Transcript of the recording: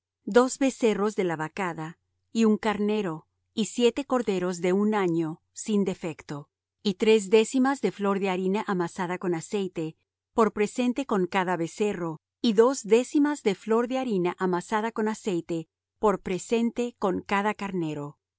dos becerros de la vacada y un carnero y siete corderos de un año sin defecto y tres décimas de flor de harina amasada con aceite por presente con cada becerro y dos décimas de flor de harina amasada con aceite por presente con cada carnero